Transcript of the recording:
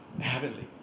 heavenly